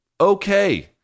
okay